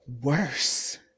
worse